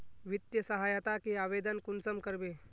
वित्तीय सहायता के आवेदन कुंसम करबे?